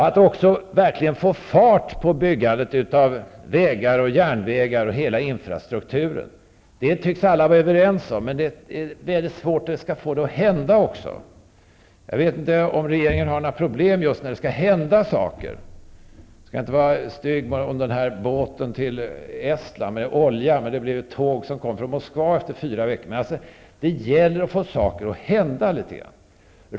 Att verkligen få fart på byggandet av vägar, järnvägar och hela infrastrukturen -- det tycks alla vara överens om. Men det är mycket svårt att också få det att hända. Jag vet inte om regeringen har några problem just när det skall hända saker. Jag skall inte vara stygg i fråga om båten med olja till Estland; det blev ett tåg som kom från Moskva efter fyra veckor. Men det gäller alltså att få saker att hända.